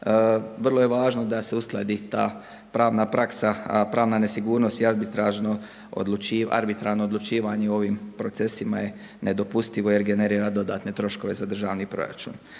vrlo je važno da se uskladi ta pravna praksa, a pravna nesigurnost i arbitrarno odlučivanje o ovim procesima je nedopustivo jer generira dodatne troškove za državni proračun.